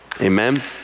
Amen